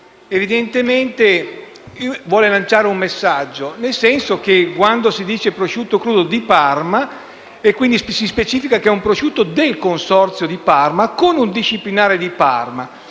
Parma, evidentemente vuole lanciare un messaggio, nel senso che quando si parla di prosciutto crudo di Parma, si specifica che si tratta di un prosciutto del Consorzio di Parma, con un disciplinare di Parma,